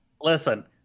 listen